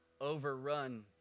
overrun